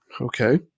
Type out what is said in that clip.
Okay